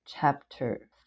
chapter